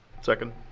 Second